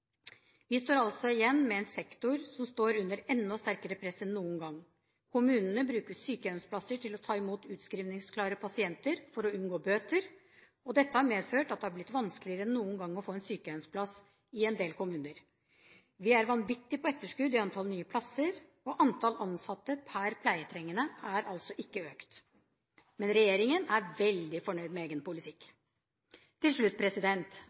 Vi står altså igjen med en sektor som står under enda sterkere press enn noen gang. Kommunene bruker sykehjemsplasser til å ta imot utskrivningsklare pasienter for å unngå bøter, og dette har medført at det i en del kommuner har blitt vanskeligere enn noen gang å få en sykehjemsplass. Vi er vanvittig på etterskudd når det gjelder antall nye plasser, og antall ansatte pr. pleietrengende har altså ikke økt. Men regjeringen er veldig fornøyd med egen politikk. Til slutt